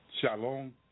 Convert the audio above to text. Shalom